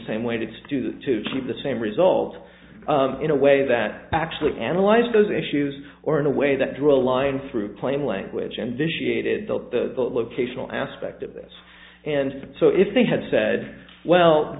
same way to do to keep the same result in a way that actually analyze those issues or in a way that drew a line through plain language and vitiated built the locational aspect of this and so if they had said well